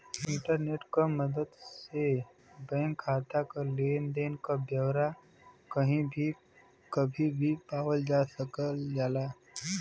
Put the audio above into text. internet क मदद से बैंक खाता क लेन देन क ब्यौरा कही भी कभी भी पावल जा सकल जाला